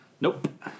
Nope